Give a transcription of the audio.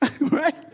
Right